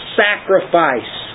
sacrifice